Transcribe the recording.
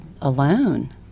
alone